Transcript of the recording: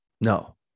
no